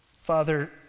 Father